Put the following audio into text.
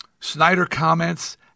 SnyderComments